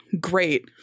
great